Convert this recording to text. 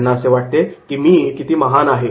त्यांना असे वाटते की मी किती महान आहे